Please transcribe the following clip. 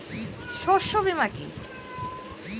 শস্য বীমা কি?